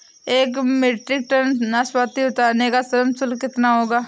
एक metric ton नाशपाती उतारने का श्रम शुल्क कितना होगा?